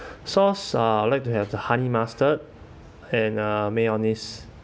sauce uh I would like to have the honey mustard and uh mayonnaise